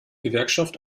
gewerkschaft